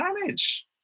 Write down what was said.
manage